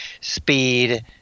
speed